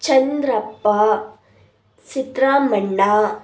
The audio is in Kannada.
ಚಂದ್ರಪ್ಪ ಸಿದ್ದರಾಮಣ್ಣ